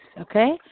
okay